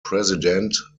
president